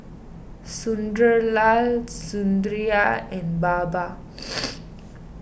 Sunderlal Sundaraiah and Baba